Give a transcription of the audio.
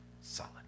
Solid